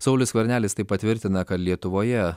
saulius skvernelis tai patvirtina kad lietuvoje